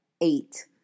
eight